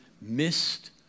Missed